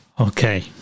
Okay